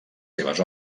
seves